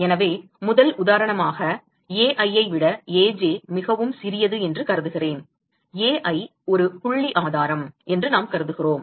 எனவே முதல் உதாரணமாக Ai ஐ விட Aj மிகவும் சிறியது என்று கருதுகிறேன் Ai ஒரு புள்ளி ஆதாரம் என்று நாம் கருதுகிறோம்